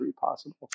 possible